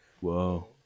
Whoa